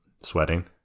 sweating